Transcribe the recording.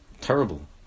terrible